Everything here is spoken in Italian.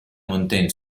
montagne